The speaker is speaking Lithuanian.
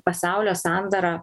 pasaulio sandarą